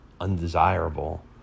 undesirable